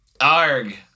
Arg